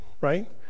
right